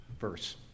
verse